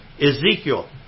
Ezekiel